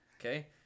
Okay